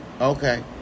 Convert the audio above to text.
Okay